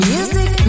Music